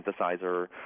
synthesizer